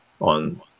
on